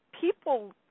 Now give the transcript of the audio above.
People